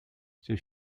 ses